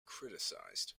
criticized